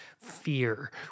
fear